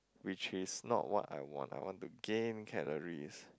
which is not what I want I want to gain calories